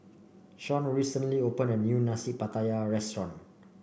Shawn recently opened a new Nasi Pattaya restaurant